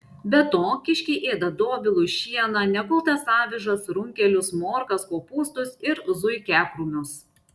be to kiškiai ėda dobilus šieną nekultas avižas runkelius morkas kopūstus ir zuikiakrūmius